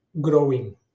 growing